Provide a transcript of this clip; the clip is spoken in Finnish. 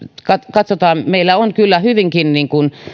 katsotaan meillä on kyllä hyvinkin